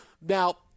now